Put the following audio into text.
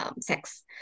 sex